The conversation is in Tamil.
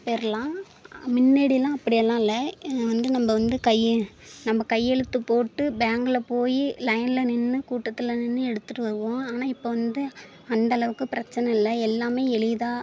பெறலாம் முன்னேடியெல்லாம் அப்படியெல்லாம் இல்லை வந்து நம்ம வந்து கை நம்ம கையெழுத்துப் போட்டு பேங்க்கில் போய் லைனில் நின்று கூட்டத்தில் நின்று எடுத்துகிட்டு வருவோம் ஆனால் இப்போ வந்து அந்தளவுக்குப் பிரச்சனை இல்லை எல்லாமே எளிதாக